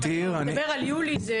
אתה מדבר על יולי.